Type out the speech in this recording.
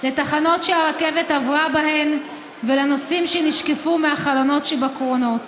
לתחנות שהרכבת עברה בהן ולנופים שנשקפו מהחלונות שבקרונות.